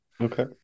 Okay